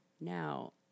Now